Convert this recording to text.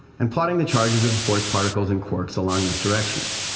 and plotting the charges of the force particles in quarks along these directions.